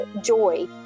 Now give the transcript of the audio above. joy